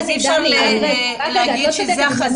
אני מנהלת עמותת קול קורא